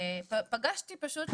ופגשתי פשוט,